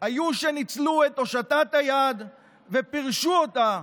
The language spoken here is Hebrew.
הצעת החוק תועבר לדיון בוועדת הכנסת,